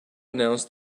announce